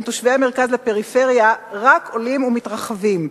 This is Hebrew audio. תושבי המרכז לפריפריה רק עולים ומתרחבים,